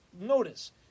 notice